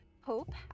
Hope